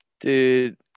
Dude